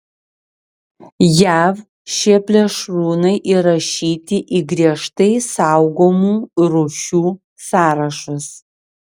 jav šie plėšrūnai įrašyti į griežtai saugomų rūšių sąrašus